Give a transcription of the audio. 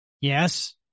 Yes